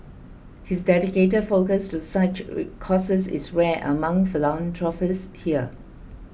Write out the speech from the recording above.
his dedicated focus to such causes is rare among philanthropists here